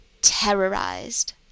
terrorized